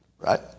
Right